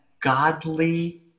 godly